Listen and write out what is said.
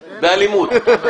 באלימות.